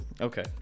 Okay